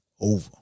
Over